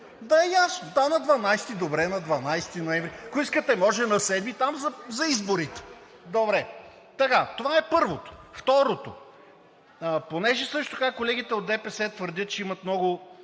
да е ясно! Да, на 12-и, добре на 12 ноември, ако искате, може на 7-ми, там за изборите. Добре, това е първото. Второто, тъй като също така колегите от ДПС твърдят, че имат много